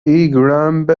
north